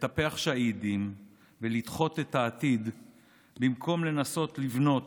לטפח שהידים ולדחות את העתיד במקום לנסות לבנות,